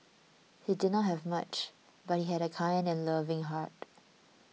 he did not have much but he had a kind and loving heart